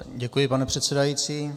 Děkuji, pane předsedající.